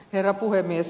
herra puhemies